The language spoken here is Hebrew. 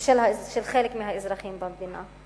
ושל חלק מהאזרחים במדינה.